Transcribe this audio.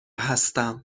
هستم